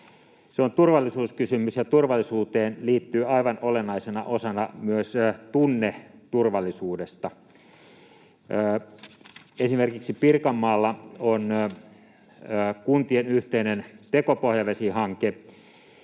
Se on turvallisuuskysymys, ja turvallisuuteen liittyy aivan olennaisena osana myös tunne turvallisuudesta. Esimerkiksi Pirkanmaalla on kuntien yhteinen tekopohjavesihanke,